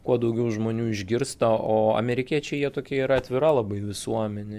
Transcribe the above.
kuo daugiau žmonių išgirsta o amerikiečiai jie tokie yra atvira labai visuomenė